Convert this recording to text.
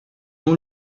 nom